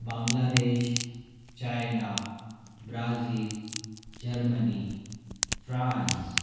Bangladesh China Brazil Germany France